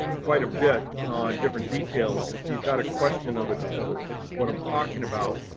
quite a bit on different details. if you've got a question of ah of ah what i'm talking about,